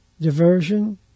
Diversion